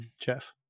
Jeff